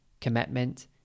commitment